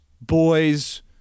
Boys